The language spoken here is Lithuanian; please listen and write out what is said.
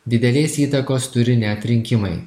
didelės įtakos turi net rinkimai